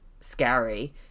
scary